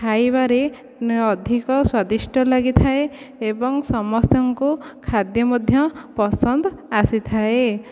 ଖାଇବାରେ ଅଧିକ ସ୍ୱାଦିଷ୍ଟ ଲାଗିଥାଏ ଏବଂ ସମସ୍ତଙ୍କୁ ଖାଦ୍ୟ ମଧ୍ୟ ପସନ୍ଦ ଆସିଥାଏ